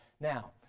Now